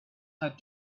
had